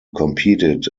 competed